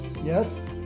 yes